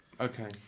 Okay